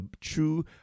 true